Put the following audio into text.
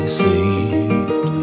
saved